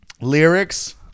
lyrics